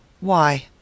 Why